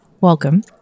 welcome